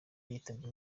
yitabye